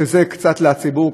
שזה קצת משהו לציבור.